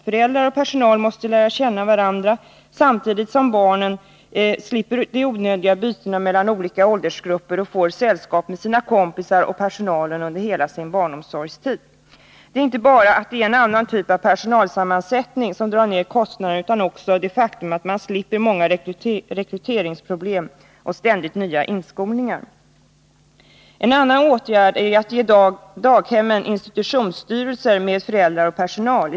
Föräldrar och personal måste lära känna varandra, samtidigt som barnen slipper de onödiga bytena mellan olika åldersgrupper och får sällskap med både sina kompisar och personalen under hela sin barnomsorgstid. Det är inte bara att det är en annan typ av personalsammansättning som drar ner kostnaderna, utan också det faktum att man slipper många rekryteringsproblem och ständigt nya inskolningar. En annan åtgärd är att ge daghemmen institutionsstyrelser med föräldrar och personal.